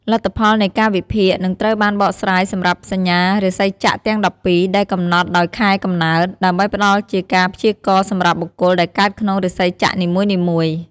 លទ្ធផលនៃការវិភាគនឹងត្រូវបានបកស្រាយសម្រាប់សញ្ញារាសីចក្រទាំង១២ ដែលកំណត់ដោយខែកំណើត ដើម្បីផ្តល់ជាការព្យាករណ៍សម្រាប់បុគ្គលដែលកើតក្នុងរាសីចក្រនីមួយៗ។